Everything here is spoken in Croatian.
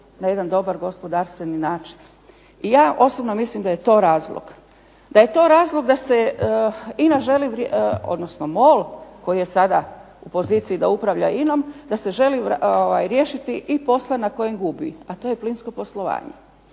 na jedan dobar gospodarstveni način. I ja osobno mislim da je to razlog, da je to razlog da se MOL koji je sada u poziciji da upravlja INA-om da se želi riješiti i posla na kojem gubi, a to je plinsko poslovanje.